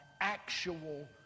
actual